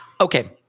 okay